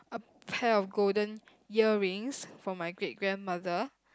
a pair of golden earrings from my great grandmother